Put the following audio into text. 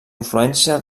influència